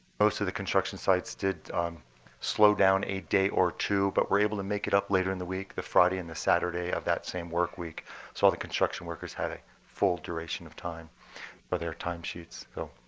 most of the construction sites did slow down a day or two but were able to make it up later in the week, the friday and the saturday of that same work week so all the construction workers had a full duration of time for their time sheets.